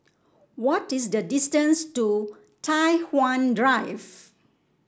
what is the distance to Tai Hwan Drive